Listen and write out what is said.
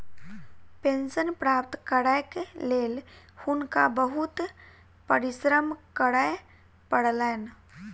pension प्राप्त करैक लेल हुनका बहुत परिश्रम करय पड़लैन